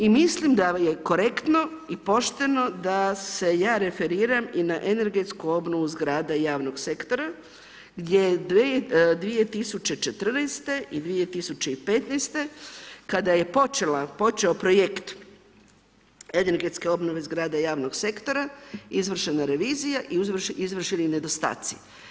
I mislim da je korektno i pošteno da se ja referiram i na energetsku obnovu zgrada i javnog sektora gdje 2014. i 2015. kada je počeo projekt energetske obnove zgrada i javnog sektora, izvršena revizija i izvršeni nedostaci.